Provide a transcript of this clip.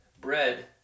bread